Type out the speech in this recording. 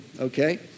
okay